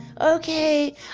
Okay